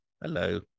Hello